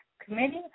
committee